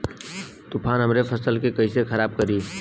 तूफान हमरे फसल के कइसे खराब करी?